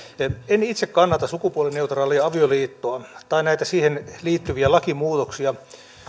en itse kannata sukupuolineutraalia avioliittoa tai näitä siihen liittyviä lakimuutoksia